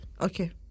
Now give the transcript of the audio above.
Okay